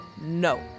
no